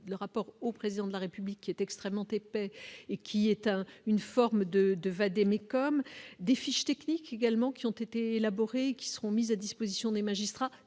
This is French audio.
le rapport au président de la République est extrêmement épais et qui est à une forme de de vade-mecum des fiches techniques également qui ont été élaborés qui seront mis à disposition des magistrats,